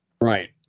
Right